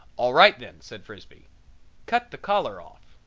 all right then, said frisbee cut the collar off.